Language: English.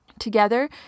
Together